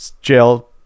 jail